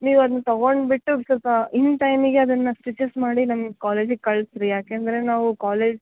ನೀವು ಅದ್ನ ತೊಗೊಂಡು ಬಿಟ್ಟು ಸ್ವಲ್ಪ ಇನ್ ಟೈಮಿಗೆ ಅದನ್ನು ಸ್ಟಿಚಸ್ ಮಾಡಿ ನಮ್ಮ ಕಾಲೇಜಿಗೆ ಕಳ್ಸಿ ರೀ ಏಕೆಂದ್ರೆ ನಾವು ಕಾಲೇಜ್